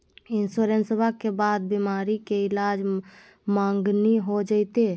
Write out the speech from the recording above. इंसोरेंसबा के बाद बीमारी के ईलाज मांगनी हो जयते?